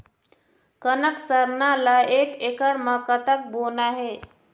कनक सरना ला एक एकड़ म कतक बोना हे?